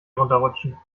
runterrutschen